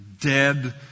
dead